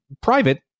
private